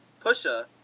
Pusha